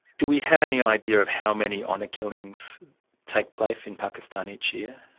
do we have any idea of how many honour killings take place in pakistan each year?